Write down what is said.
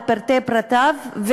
על פרטי פרטיו,